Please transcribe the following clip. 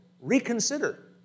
reconsider